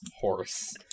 horse